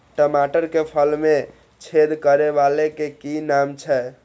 टमाटर के फल में छेद करै वाला के कि नाम छै?